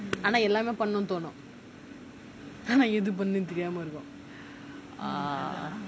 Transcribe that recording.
ஆனா எல்லாமே பண்ணனும் தோணும் ஆனா எது பண்றது தெரியாம இருக்கும்:aanaa ellamae pannanum thonum aanaa ethu pandrathu teriyaama irukum err